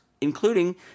including